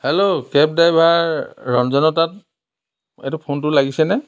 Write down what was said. hello cab driver ৰঞ্জনৰ তাত এইটো ফোনটো লাগিছেনে